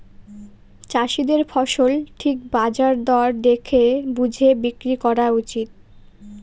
চাষীদের ফসল ঠিক বাজার দর দেখে বুঝে বিক্রি করা উচিত